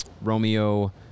Romeo